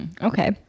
Okay